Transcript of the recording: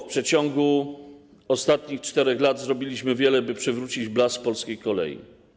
W przeciągu ostatnich 4 lat zrobiliśmy wiele, by przywrócić blask polskiej kolei.